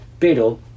Pero